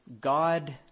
God